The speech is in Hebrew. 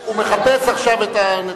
הוא מחפש עכשיו את הנתונים.